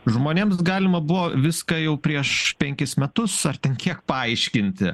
žmonėms galima buvo viską jau prieš penkis metus ar ten kiek paaiškinti